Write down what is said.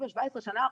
ב-17 השנה האחרונות,